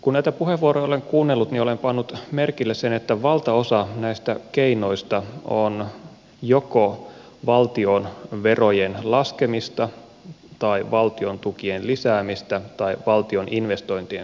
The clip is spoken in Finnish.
kun näitä puheenvuoroja olen kuunnellut olen pannut merkille sen että valtaosa näistä keinoista on joko valtion verojen laskemista tai valtion tukien lisäämistä tai valtion investointien kasvattamista